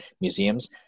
museums